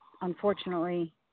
unfortunately